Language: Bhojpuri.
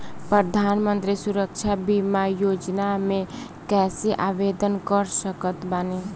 प्रधानमंत्री सुरक्षा बीमा योजना मे कैसे आवेदन कर सकत बानी?